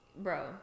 bro